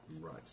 Right